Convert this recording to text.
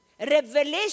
Revelation